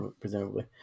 presumably